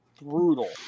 brutal